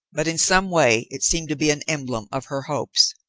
but in some way it seemed to be an emblem of her hopes.